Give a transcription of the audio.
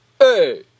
Hey